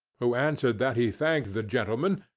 who answered that he thanked the gentleman,